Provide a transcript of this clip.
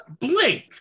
blink